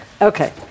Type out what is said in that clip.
Okay